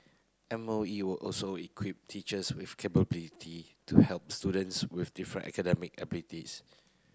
M O E will also equip teachers with capability to help students with different academic abilities